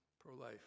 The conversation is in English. pro-life